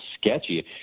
sketchy